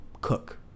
cook